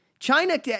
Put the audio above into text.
China